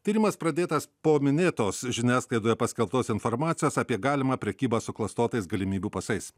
tyrimas pradėtas po minėtos žiniasklaidoje paskelbtos informacijos apie galimą prekybą suklastotais galimybių pasais